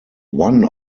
one